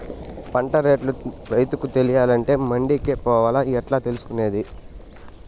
పంట రేట్లు రైతుకు తెలియాలంటే మండి కే పోవాలా? ఎట్లా తెలుసుకొనేది?